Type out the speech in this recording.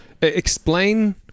explain